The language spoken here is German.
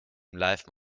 life